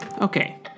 okay